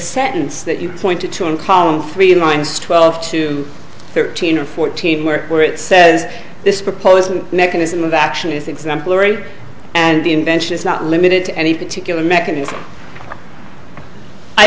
sentence that you pointed to in column three lines twelve to thirteen or fourteen work where it says this proposed mechanism of action is exemplary and the invention is not limited to any particular mechanism i